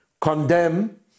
condemn